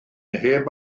heb